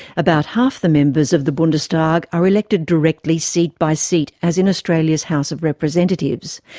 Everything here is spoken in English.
about half the members of the bundestag are elected directly seat by seat, as in australia's house of representatives,